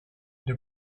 the